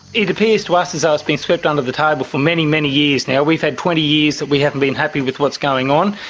it appears to us as though it's been swept under the table for many, many years now. we've had twenty years that we haven't been happy with what's going on.